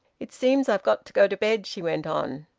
it seems i've got to go to bed, she went on.